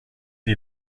die